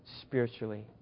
spiritually